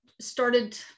started